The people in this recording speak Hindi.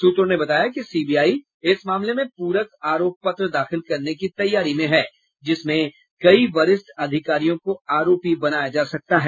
सूत्रों ने बताया कि सीबीआई इस मामले में पूरक आरोप पत्र दाखिल करने की तैयारी में है जिसमें कई वरिष्ठ अधिकारियों को आरोपी बनाया जा सकता है